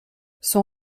son